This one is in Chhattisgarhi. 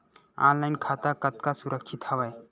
ऑनलाइन खाता कतका सुरक्षित हवय?